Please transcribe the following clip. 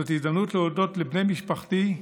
זאת הזדמנות להודות לבני משפחתי,